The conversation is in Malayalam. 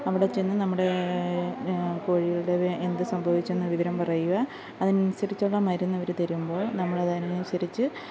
അവിടെച്ചെന്ന് നമ്മുടെ കോഴികള്ടെളു വേ എന്ത് സംഭവിച്ചെന്ന് വിവരം പറയുക അതിനനുസരിച്ചുള്ള മരുന്നവർ തരുമ്പോള് നമ്മളത് അതിനനുസരിച്ച്